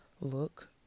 look